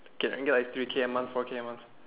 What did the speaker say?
get can get like three K a month four K a month